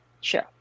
Sure